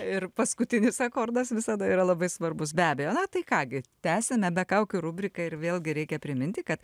ir paskutinis akordas visada yra labai svarbus be abejo na tai ką gi tęsiame be kaukių rubriką ir vėlgi reikia priminti kad